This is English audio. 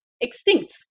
extinct